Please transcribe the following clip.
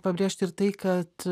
pabrėžti ir tai kad